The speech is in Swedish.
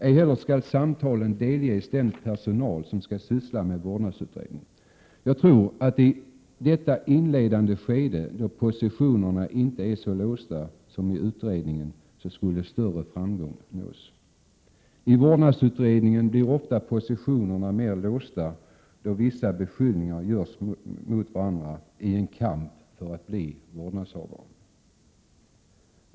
Samtalen skall ej heller delges den personal som skall syssla med vårdnadsutredningen. Jag tror att större framgång skulle kunna nås i detta inledande skede, när positionerna inte är så låsta som i utredningen. I vårdnadsutredningen blir positionerna ofta mer låsta, eftersom föräldrarna gör vissa beskyllningar mot varandra i kampen för att bli vårdnadshavare.